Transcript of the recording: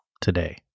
today